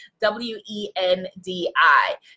W-E-N-D-I